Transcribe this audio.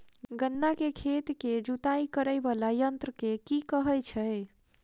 गन्ना केँ खेत केँ जुताई करै वला यंत्र केँ की कहय छै?